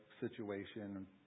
situation